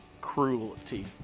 cruelty